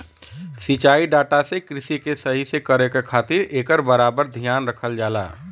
सिंचाई डाटा से कृषि के सही से करे क खातिर एकर बराबर धियान रखल जाला